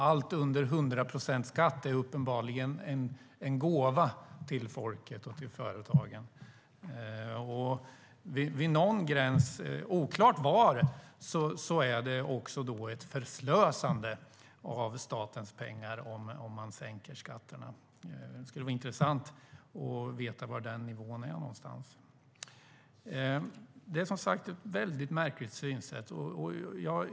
Allt under 100 procents skatt är uppenbarligen en gåva till folket och till företagen. Vid någon gräns - oklart var - är det också ett förslösande av statens pengar, om man sänker skatterna. Det skulle vara intressant att veta var den nivån ligger. Det är, som sagt, ett väldigt märkligt synsätt.